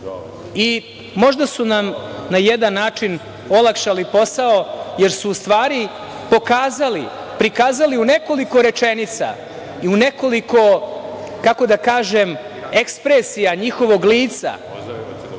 su nam na jedan način olakšali posao, jer su u stvari prikazali u nekoliko rečenica, u nekoliko kako da kažem ekspresija njihovog lica